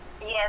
Yes